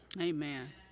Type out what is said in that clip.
Amen